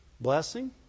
blessing